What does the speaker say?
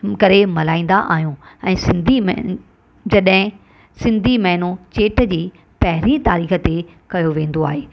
करे मल्हाईंदा आहियूं ऐं सिंधी महि जॾहिं सिंधी महिनो चेट जी पहिरीं तारीख़ ते कयो वेंदो आहे